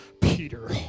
Peter